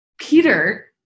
Peter